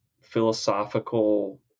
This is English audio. philosophical